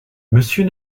monsieur